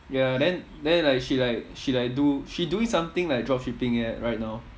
ya then then like she like she like do she doing something like job shipping eh right now